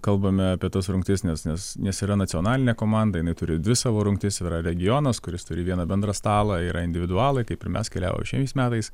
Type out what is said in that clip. kalbame apie tas rungtis nes nes nes yra nacionalinė komanda jinai turi dvi savo rungtis yra regionas kuris turi vieną bendrą stalą yra individualai kaip ir mes keliavo šiais metais